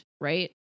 right